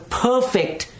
perfect